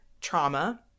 trauma